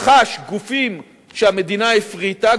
רכש גופים שהמדינה הפריטה,